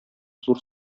зур